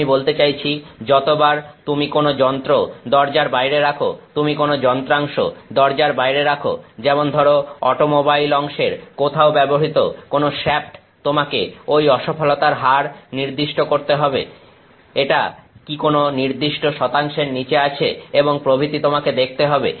আমি বলতে চাইছি যতবার তুমি কোন যন্ত্র দরজার বাইরে রাখ তুমি কোন যন্ত্রাংশ দরজার বাইরে রাখ যেমন ধরো অটোমোবাইল অংশের কোথাও ব্যবহৃত কোন শ্যাফ্ট তোমাকে ঐ অসফলতার হার নির্দিষ্ট করতে হবে এটা কি কোনো নির্দিষ্ট শতাংশের নিচে আছে এবং প্রভৃতি তোমাকে দেখতে হবে